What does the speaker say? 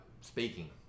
speaking